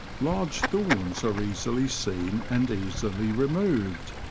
large thorns are easily seen and easily removed,